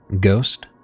Ghost